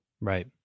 Right